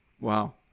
Wow